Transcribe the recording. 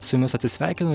su jumis atsisveikinu